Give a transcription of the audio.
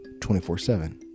24-7